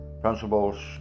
principles